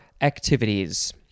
activities